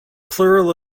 plural